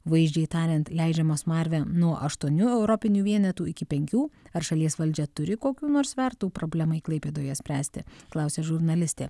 vaizdžiai tariant leidžiamą smarvę nuo aštuonių europinių vienetų iki penkių ar šalies valdžia turi kokių nors svertų problemai klaipėdoje spręsti klausė žurnalistė